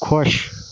خۄش